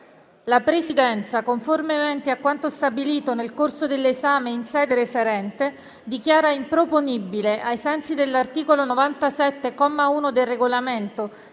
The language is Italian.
La Presidenza, conformemente a quanto stabilito nel corso dell'esame in sede referente, dichiara improponibile, ai sensi dell'articolo 97, comma 1, del Regolamento,